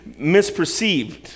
misperceived